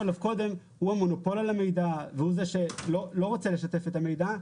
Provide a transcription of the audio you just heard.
עליו קודם הוא המונופול על המידע והוא זה שלא רוצה לשתף את המידע,